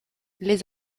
les